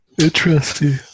Interesting